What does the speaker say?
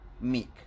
meek